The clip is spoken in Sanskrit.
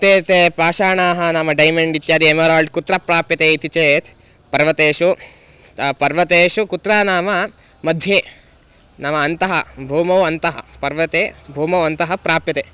ते ते पाषाणाः नाम डैमण्ड् इत्यादयः एमराल्ड् कुत्र प्राप्यन्ते इति चेत् पर्वतेषु पर्वतेषु कुत्र नाम मध्ये नाम अन्तः भूमौ अन्तः पर्वते भूमौ अन्तः प्राप्यन्ते